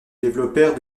développèrent